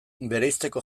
bereizteko